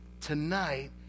tonight